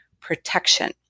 protection